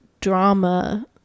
drama